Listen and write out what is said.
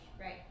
right